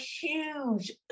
huge